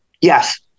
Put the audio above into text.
Yes